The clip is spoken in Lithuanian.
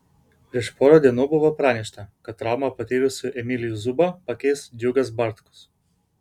prieš porą dienų buvo pranešta kad traumą patyrusį emilijų zubą pakeis džiugas bartkus